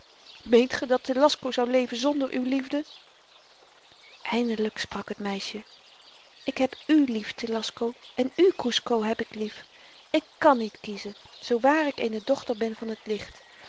meent ge dat telasco zou leven zonder uw liefde eindelyk sprak het meisje ik heb u lief telasco en u kusco heb ik lief ik kàn niet kiezen zoo waar ik eene dochter ben van het licht